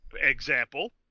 example